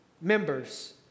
members